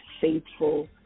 faithful